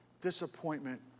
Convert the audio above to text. Disappointment